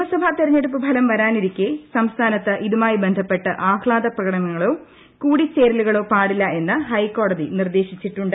നിയമസഭാ തെരഞ്ഞെട്ടുപ്പ് ഫലം വരാനിരിക്കെ സംസ്ഥാനത്ത് ഇതുമായി ബന്ധപ്പെട്ട് ത്തൂഹ്ഗാദപ്രകടനങ്ങളോ കൂടിച്ചേരലുകളോ പാടില്ല എന്ന് ഹൈക്കോടതി നിർദ്ദേശിച്ചിട്ടുണ്ട്